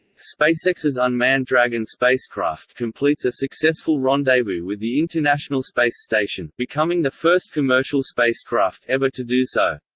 spacex's unmanned dragon spacecraft completes a successful rendezvous with the international space station, becoming the first commercial spacecraft ever to do so.